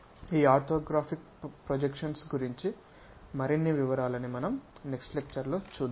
ఈ orthographic projections గురించి మరిన్ని వివరాలని మనం నెక్స్ట్ లెక్చర్ లో చూద్దాం